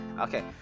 okay